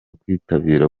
kwitabira